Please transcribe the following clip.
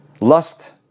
Lust